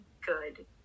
Good